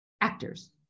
actors